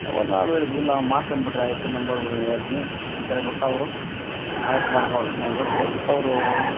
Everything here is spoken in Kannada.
ಅವಾಗ ನಾವು ಹೇಳಿದ್ವಿ ಇಲ್ಲ ಮಾಡ್ಸೋಣ ಬಿಡ್ರಿ ಆಯ್ತು ಮೆಂಬರ್ಗಳ್ ಹೇಳ್ತಿನಿ ಅಂತೇಳ್ಬಿಟ್ ಅವರು ಆಯ್ತು ಮಾಡ್ಕೊಡ್ತೀನಿ ಅಂತ ಅಂತೇಳ್ಬಿಟ್ ಅವರು